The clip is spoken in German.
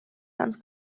ganz